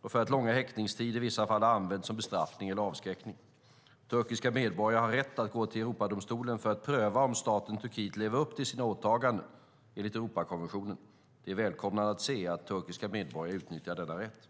och för att långa häktningstider i vissa fall har använts som bestraffning eller avskräckning. Turkiska medborgare har rätt att gå till Europadomstolen för att pröva om staten Turkiet lever upp till sina åtaganden enligt Europakonventionen. Det är välkomnande att se att turkiska medborgare utnyttjar denna rätt.